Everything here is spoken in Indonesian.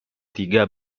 tiga